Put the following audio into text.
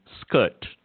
skirt